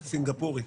סינגפורי.